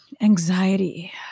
Anxiety